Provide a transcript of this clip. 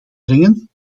brengen